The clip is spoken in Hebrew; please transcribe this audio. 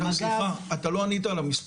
אבל סליחה, אתה לא ענית על המספרים.